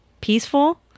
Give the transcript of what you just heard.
peaceful